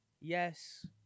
yes